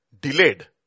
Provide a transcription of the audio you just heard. delayed